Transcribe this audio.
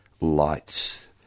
lights